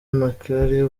macharia